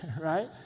right